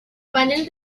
panel